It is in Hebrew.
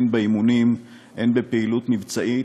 הן באימונים הן בפעילות מבצעית,